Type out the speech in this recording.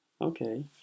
Okay